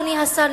אדוני השר,